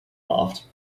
laughed